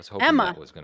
Emma